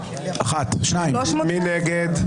מי נגד?